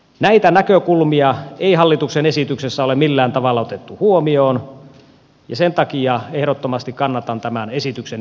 näitä näkökulmia ei hallituksen esityksessä ole millään tavalla otettu huomioon ja sen takia ehdottomasti kannatan tämän esityksen